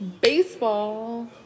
baseball